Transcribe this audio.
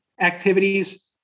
activities